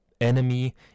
enemy